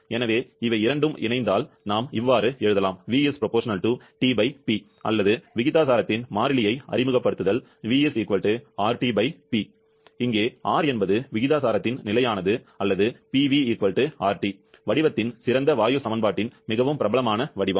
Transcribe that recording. எனவே இவை இரண்டும் இணைந்தால் நாம் இவ்வாறு எழுதலாம் அல்லது விகிதாசாரத்தின் மாறிலியை அறிமுகப்படுத்துதல் எங்கே R என்பது விகிதாசாரத்தின் நிலையானது அல்லது PV RT வடிவத்தின் சிறந்த வாயு சமன்பாட்டின் மிகவும் பிரபலமான வடிவம்